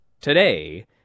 today